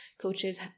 coaches